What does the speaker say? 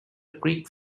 creek